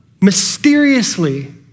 mysteriously